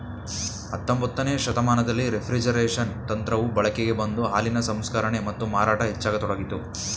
ಹತೊಂಬತ್ತನೇ ಶತಮಾನದಲ್ಲಿ ರೆಫ್ರಿಜರೇಷನ್ ತಂತ್ರವು ಬಳಕೆಗೆ ಬಂದು ಹಾಲಿನ ಸಂಸ್ಕರಣೆ ಮತ್ತು ಮಾರಾಟ ಹೆಚ್ಚಾಗತೊಡಗಿತು